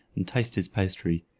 and taste his pastry.